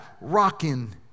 rocking